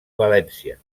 valència